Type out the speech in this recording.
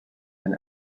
and